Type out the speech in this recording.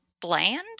bland